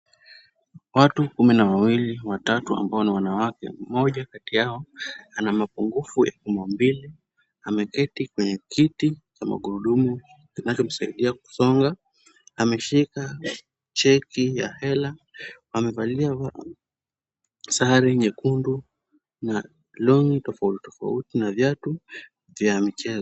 Watu kumi na wawili, watatu ambao ni wanawake. Mmoja kati yao ana mapungufu ya kimaumbile. Ameketi kwenye kiti cha magurudumu kinachomsaidia kusonga. Ameshika cheki ya hela. Amevalia sare nyekundu na long'i tofauti tofauti na viatu vya michezo.